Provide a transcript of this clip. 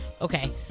Okay